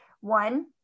One